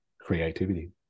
creativity